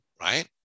right